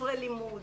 ספרי לימוד,